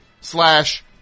slash